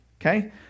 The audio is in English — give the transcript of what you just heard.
Okay